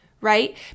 right